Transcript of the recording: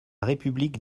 république